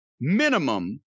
minimum